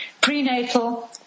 Prenatal